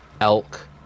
elk